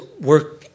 work